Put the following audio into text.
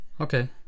Okay